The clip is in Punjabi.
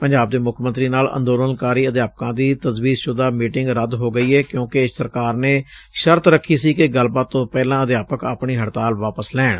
ਪੰਜਾਬ ਦੇ ਮੁੱਖ ਮੰਤਰੀ ਨਾਲ ਅੰਦੋਲਨਕਾਰੀ ਅਧਿਆਪਕਾਂ ਦੀ ਤਜਵੀਜ਼ਸੁਦਾ ਮੀਟਿੰਗ ਰੱਦ ਹੋ ਗਈ ਏ ਕਿਉਂਕਿ ਸਰਕਾਰ ਨੇ ਸ਼ਰਤ ਰੱਖੀ ਸੀ ਕਿ ਗੱਲਬਾਤ ਤੋਂ ਪਹਿਲਾਂ ਅਧਿਆਪਕ ਆਪਣੀ ਹੜਤਾਲ ਵਾਪਸ ਲੈਣ